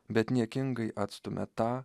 bet niekingai atstumia tą